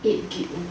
eight G_B only